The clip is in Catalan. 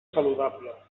saludable